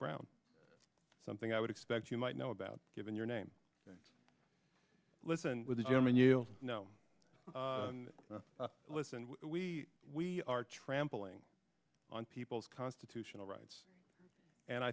brown something i would expect you might know about given your name listen with the german you know listen we we are trampling on people's constitutional rights and i